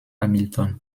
hamilton